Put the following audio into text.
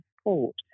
support